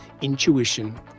intuition